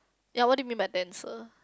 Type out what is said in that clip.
ya what do you mean by denser